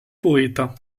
poeta